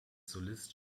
solist